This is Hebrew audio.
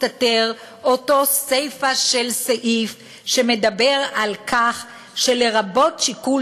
להסתתר אותה סיפה של סעיף שמדברת על כך ש"לרבות שיקול